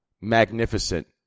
magnificent